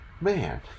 Man